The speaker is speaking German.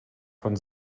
von